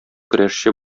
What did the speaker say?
көрәшче